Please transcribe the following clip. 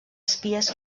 espies